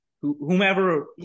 whomever